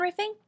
riffing